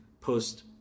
post